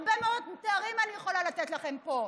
הרבה מאוד תארים אני יכולה לתת לכם פה.